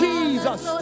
Jesus